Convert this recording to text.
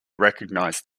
recognized